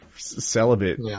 Celibate